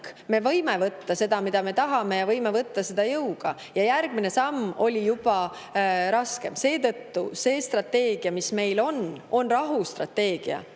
me võime võtta seda, mida me tahame, ja võime võtta seda jõuga. Ja järgmine samm oli juba raskem. Seetõttu see strateegia, mis meil on, on rahustrateegia,